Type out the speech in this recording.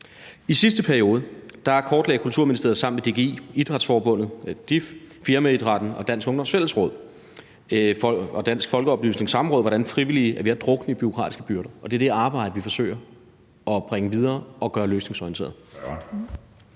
I sidste periode kortlagde Kulturministeriet sammen med DGI, DIF, Dansk Firmaidræt, Dansk Ungdoms Fællesråd og Dansk Folkeoplysnings Samråd, hvordan frivillige er ved at drukne i bureaukratiske byrder, og det er det arbejde, vi forsøger at bringe videre og gøre løsningsorienteret.